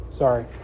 Sorry